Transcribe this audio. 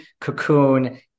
cocoon